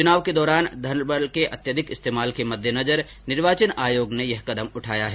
चुनाव के दौरान धन बल के अत्यधिक इस्तेमाल के मद्देनजर निर्वाचन आयोग ने यह कदम उठाया है